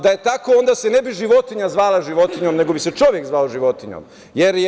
Da je tako onda se ne bi životinja zvala životinjom, nego bi se čovek zvao životinjom.